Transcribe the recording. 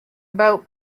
boat